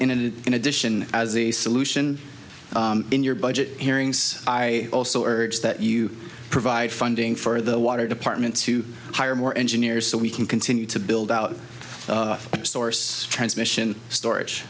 in and in addition as a solution in your budget hearings i also urge that you provide funding for the water department to hire more engineers so we can continue to build out source transmission storage